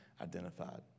identified